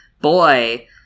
boy